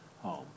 home